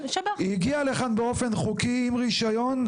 הגיע לכאן באופן חוקי עם רישיון,